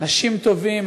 אנשים טובים,